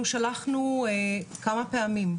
אנחנו שלחנו כמה פעמים,